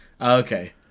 okay